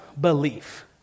belief